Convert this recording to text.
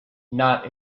not